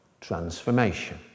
transformation